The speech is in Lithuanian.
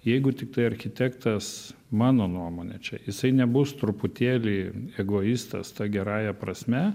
jeigu tiktai architektas mano nuomone čia jisai nebus truputėlį egoistas ta gerąja prasme